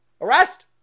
Arrest